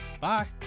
Bye